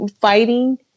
fighting